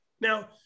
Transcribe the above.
Now